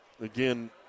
again